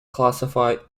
classified